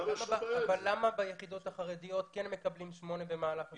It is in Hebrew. למה ביחידות החרדיות כן מקבלים שמונה חודשים במהלך השירות?